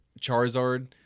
Charizard